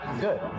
good